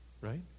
right